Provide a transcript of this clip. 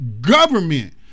government